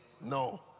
no